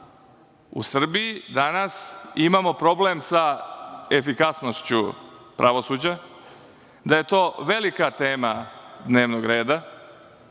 u Srbiji danas imamo problem sa efikasnošću pravosuđa, da je to velika tema dnevnog reda,